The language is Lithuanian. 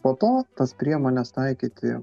po to tas priemones taikyti